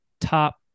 top